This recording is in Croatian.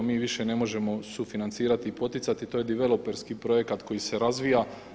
Mi više ne možemo sufinancirati i poticati, to je diveloperski projekat koji se razvija.